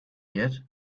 yet